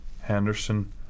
Henderson